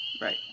Right